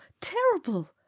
terrible